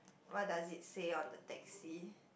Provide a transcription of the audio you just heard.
what does it say on the taxi